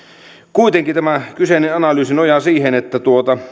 kuitenkin tämä kyseinen analyysi nojaa siihen että